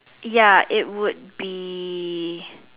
ya it would be